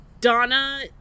Donna